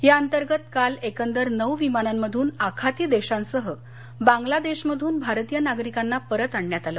या अंतर्गत काल एकंदर नऊ विमानांमधून आखाती देशांसह बांग्लादेशमधून भारतीय नागरिकांना परत आणण्यात आलं